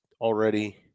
already